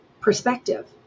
perspective